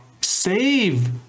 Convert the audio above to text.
save